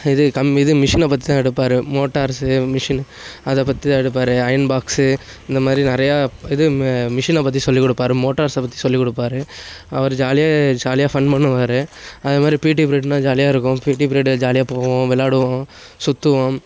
இது கம் இது மிஷினை பற்றி தான் எடுப்பார் மோட்டார்ஸு மிஷினு அதை பற்றி தான் எடுப்பார் அயர்ன் பாக்ஸு இந்த மாதிரி நிறையா இது ம மிஷினை பற்றி சொல்லிக் கொடுப்பாரு மோட்டார்ஸை பற்றி சொல்லிக் கொடுப்பாரு அவர் ஜாலியாக ஜாலியாக ஃபன் பண்ணுவார் அதே மாதிரி பிடி பீரியட்னால் ஜாலியாக இருக்கும் பிடி பீரியடு ஜாலியாக போகும் வெளாடுவோம் சுற்றுவோம்